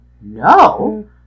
no